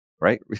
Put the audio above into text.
right